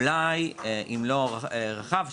אולי אם לא רחב,